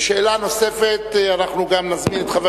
לשאלה נוספת אנחנו נזמין גם את חבר